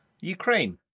Ukraine